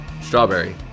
strawberry